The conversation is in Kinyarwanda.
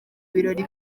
birori